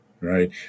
Right